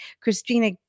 Christina